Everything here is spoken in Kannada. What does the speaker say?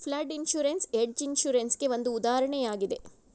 ಫ್ಲಡ್ ಇನ್ಸೂರೆನ್ಸ್ ಹೆಡ್ಜ ಇನ್ಸೂರೆನ್ಸ್ ಗೆ ಒಂದು ಉದಾಹರಣೆಯಾಗಿದೆ